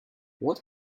what